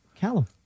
Callum